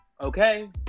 okay